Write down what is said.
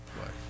play